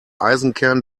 eisenkern